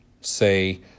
say